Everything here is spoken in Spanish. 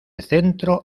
centro